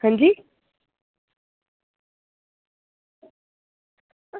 हां जी